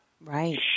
Right